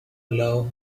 love